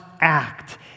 act